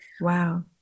Wow